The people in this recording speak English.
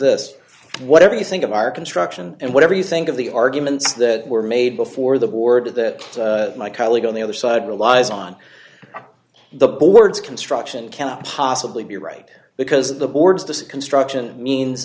this whatever you think of our construction and whatever you think of the arguments that were made before the board that my colleague on the other side relies on the board's construction cannot possibly be right because the boards the construction means